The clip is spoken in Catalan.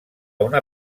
una